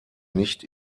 nicht